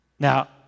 Now